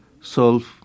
solve